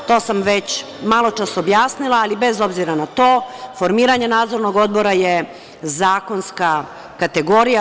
To sam već maločas objasnila, ali bez obzira na to, formiranje Nadzornog odbora je zakonska kategorija.